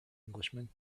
englishman